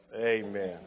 Amen